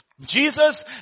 Jesus